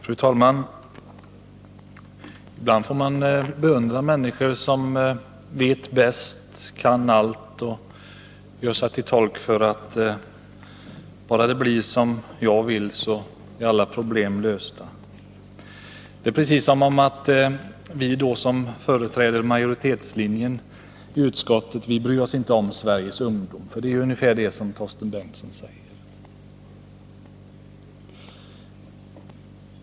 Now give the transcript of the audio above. Fru talman! Ibland får man beundra människor som vet bäst, som kan allt och som säger att bara det blir som de vill så är alla problem lösta. Det låter här precis som om vi som företräder majoritetslinjen i utskottet inte bryr oss om Sveriges ungdom. Det är ungefär det som Torsten Bengtson säger.